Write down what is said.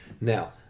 Now